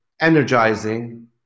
energizing